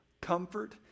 comfort